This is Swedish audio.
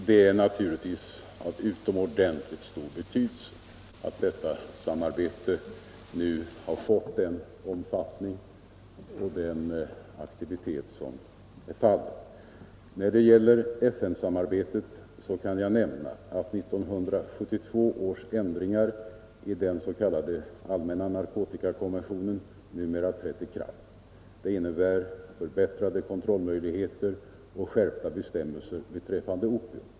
Det är av utomordentligt stor betydelse att detta samarbete nu har fått en sådan omfattning och aktivitet som det fått. När det gäller FN samarbetet kan jag nämna att 1972 års ändringar i den s.k. allmänna narkotikakonventionen numera trätt i kraft. Det innebär förbättrade kontrollmöjligheter och skärpta bestämmelser beträffande opium.